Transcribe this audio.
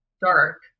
dark